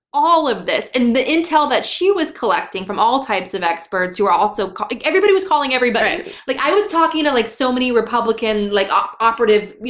all of this. and the intel that she was collecting from all types of experts who were also calling. everybody was calling everybody. right. like i was talking to like so many republican like ah operatives.